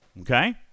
Okay